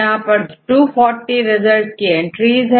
यहां पर 240 रिजल्ट की एंट्रीज है